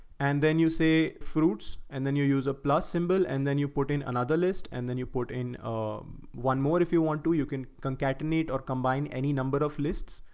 and then you say fruits and then you use a plus symbol and then you put in another list and then you put in one more, if you want to, you can concatenate or combine any number of lists,